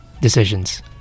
Decisions